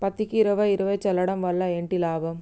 పత్తికి ఇరవై ఇరవై చల్లడం వల్ల ఏంటి లాభం?